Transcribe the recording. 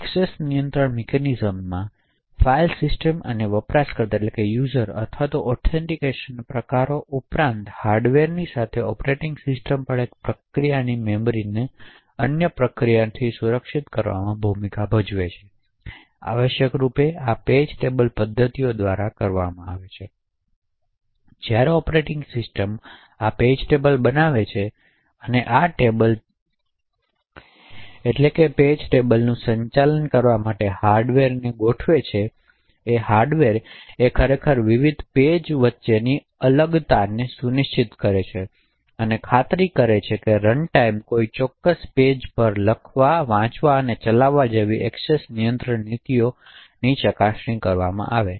access નિયંત્રણ મિકેનિઝમ્સના file system અને વપરાશકર્તા અથવા ઑથેંટીકશન પ્રકારો ઉપરાંત હાર્ડવેરની સાથે ઑપરેટિંગ સિસ્ટમ્સ પણ એક પ્રક્રિયાની મેમરીને અન્ય પ્રક્રિયાઓથી સુરક્ષિત કરવામાં ભૂમિકા ભજવે છે તેથી આવશ્યકરૂપે આ પેજ ટેબલ પદ્ધતિઓ દ્વારા કરવામાં આવે છે જ્યારે ઑપરેટિંગ સિસ્ટમ આ પેજ ટેબલ બનાવે છે અને આ ટેબલ પેજ ટેબલનું સંચાલન કરવા માટે હાર્ડવેરને ગોઠવે છે તે હાર્ડવેર છે જે ખરેખર વિવિધ પેજ વચ્ચેના અલગતાને સુનિશ્ચિત કરે છે અને ખાતરી કરે છે કે રનટાઇમ કોઈ ચોક્કસ પેજ પર વાંચવા લખવા અને ચલાવવા જેવી એક્સેસ નિયંત્રણ નીતિઓ પર ચકાસણી કરવામાં આવી છે